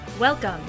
Welcome